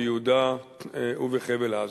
ביהודה ובחבל-עזה.